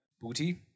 booty